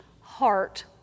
heart